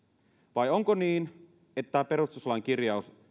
vai onko niin että tämä perustuslain kirjaus